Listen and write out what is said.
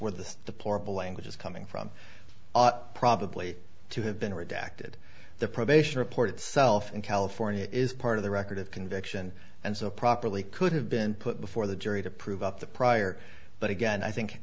this deplorable language is coming from probably to have been redacted the probation report itself in california is part of the record of conviction and so properly could have been put before the jury to prove up the prior but again i think